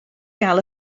gael